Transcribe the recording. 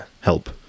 help